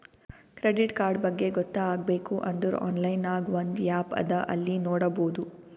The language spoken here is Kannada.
ಕ್ರೆಡಿಟ್ ಕಾರ್ಡ್ ಬಗ್ಗೆ ಗೊತ್ತ ಆಗ್ಬೇಕು ಅಂದುರ್ ಆನ್ಲೈನ್ ನಾಗ್ ಒಂದ್ ಆ್ಯಪ್ ಅದಾ ಅಲ್ಲಿ ನೋಡಬೋದು